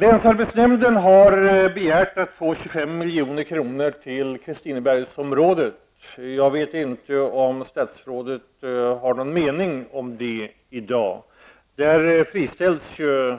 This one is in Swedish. Länsarbetsnämnden har begärt att få 25 milj.kr. till Kristinebergsområdet. Jag vet inte om statsrådet har något att säga om det i dag. Där friställs ca